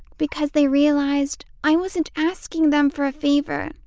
because they realized i wasn't asking them for a favor,